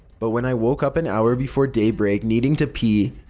but when i woke up an hour before daybreak needing to pee,